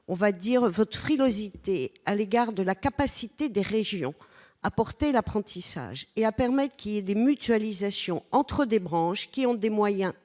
crains que votre frilosité à l'égard de la capacité des régions à assumer l'apprentissage et à permettre des mutualisations entre des branches qui ont des moyens très